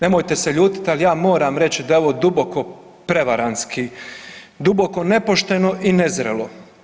Nemojte se ljutiti, al ja moram reći da je ovo duboko prevarantski, duboko nepošteno i nezrelo.